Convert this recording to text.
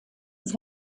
have